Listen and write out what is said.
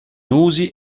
usi